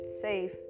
safe